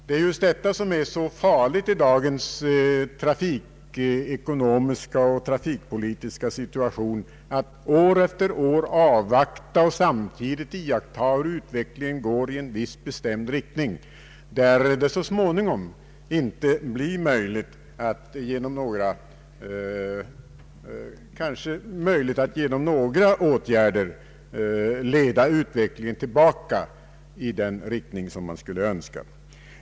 Det är just det som är så farligt i dagens trafikekonomiska och trafikpolitiska situation, dvs. att år efter år avvakta och samtidigt iaktta hur utvecklingen går i en bestämd riktning som gör att det så småningom inte blir möjligt att genom några som helst åtgärder leda utvecklingen i de banor man skulle önska.